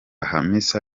hamisa